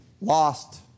lost